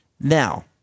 Now